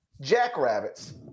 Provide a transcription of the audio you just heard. Jackrabbits